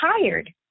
tired